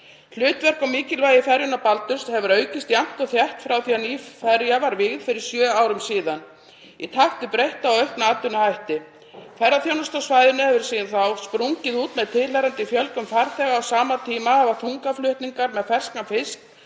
Hlutverk og mikilvægi ferjunnar Baldurs hefur aukist jafnt og þétt frá því að ný ferja var vígð fyrir sjö árum síðan í takt við breytta og aukna atvinnuhætti. Ferðaþjónusta á svæðinu hefur síðan þá sprungið út með tilheyrandi fjölgun farþega og á sama tíma hafa þungaflutningar með ferskan fisk